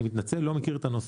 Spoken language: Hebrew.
אני מתנצל, אני לא מכיר את הנושא.